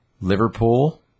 Liverpool